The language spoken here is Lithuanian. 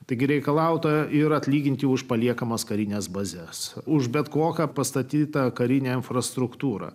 taigi reikalauta ir atlyginti už paliekamas karines bazes už bet kokią pastatytą karinę infrastruktūrą